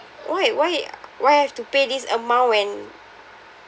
wait why why I have to pay this amount when